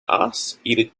asked